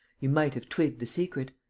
you might have twigged the secret!